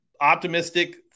optimistic